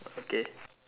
okay